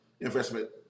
investment